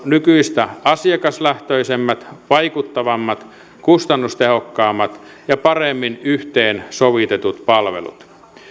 nykyistä asiakaslähtöisemmät vaikuttavammat kustannustehokkaammat ja paremmin yhteensovitetut palvelut